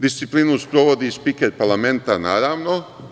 Disciplinu sprovodi spiker parlamenta, naravno.